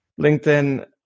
linkedin